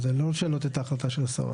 לא לשנות את ההחלטה של השרה.